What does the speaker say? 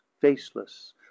faceless